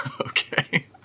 okay